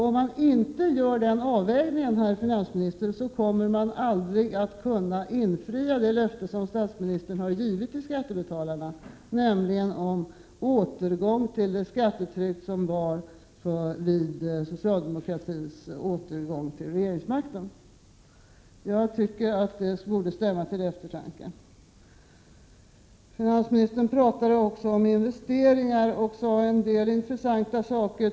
Om man inte gör den avvägningen, herr finansminister, så kommer man aldrig att kunna infria det löfte som statsministern har givit till skattebetalarna, nämligen om en återgång till det skattetryck som fanns vid socialdemokratins återgång till regeringsmakten. Jag tycker att det borde stämma till eftertanke. Finansministern pratade också om investeringar och sade en del intressanta saker.